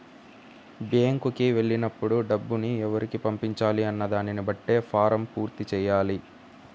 బ్యేంకుకి వెళ్ళినప్పుడు డబ్బుని ఎవరికి పంపించాలి అన్న దానిని బట్టే ఫారమ్ పూర్తి చెయ్యాలి